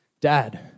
Dad